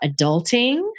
adulting